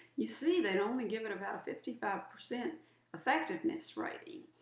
you see they only give it about fifty five percent effectiveness rating,